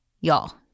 Y'all